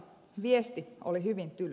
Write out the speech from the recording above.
viesti oli hyvin tyly